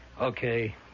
Okay